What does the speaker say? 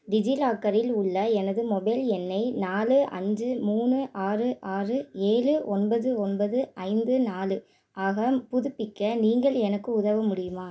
டிஜிலாக்கரில் உள்ள எனது மொபைல் எண்ணை நாலு அஞ்சு மூணு ஆறு ஆறு ஏழு ஒன்பது ஒன்பது ஐந்து நாலு ஆக புதுப்பிக்க நீங்கள் எனக்கு உதவ முடியுமா